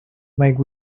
make